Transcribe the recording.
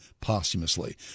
posthumously